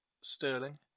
Sterling